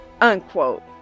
unquote